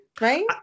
right